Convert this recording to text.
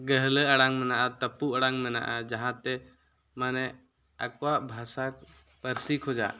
ᱜᱟᱹᱦᱞᱟᱹ ᱟᱲᱟᱝ ᱢᱮᱱᱟᱜᱼᱟ ᱛᱟᱹᱯᱩᱜ ᱟᱲᱟᱝ ᱢᱮᱱᱟᱜᱼᱟ ᱡᱟᱦᱟᱛᱮ ᱢᱟᱱᱮ ᱟᱠᱚᱣᱟᱜ ᱵᱷᱟᱥᱟ ᱯᱟᱹᱨᱥᱤ ᱠᱷᱚᱡᱟᱜ